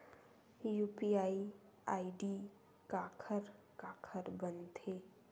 UPI ID काखर काखर बनथे?